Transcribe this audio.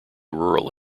rural